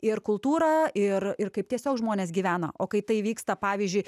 ir kultūrą ir ir kaip tiesiog žmonės gyvena o kai tai vyksta pavyzdžiui